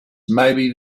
maybe